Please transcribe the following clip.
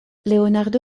leonardo